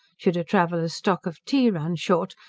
should a traveller's stock of tea run short,